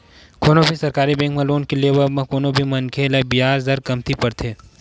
कोनो भी सरकारी बेंक म लोन के लेवब म कोनो भी मनखे ल बियाज दर कमती परथे